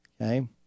Okay